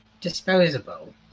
disposable